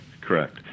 Correct